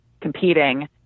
competing